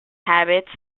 habits